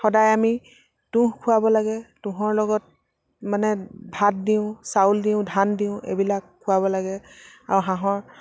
সদায় আমি তুঁহ খোৱাব লাগে তুঁহৰ লগত মানে ভাত দিওঁ চাউল দিওঁ ধান দিওঁ এইবিলাক খোৱাব লাগে আৰু হাঁহৰ